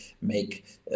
make